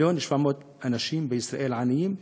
1.7 מיליון אנשים בישראל עניים,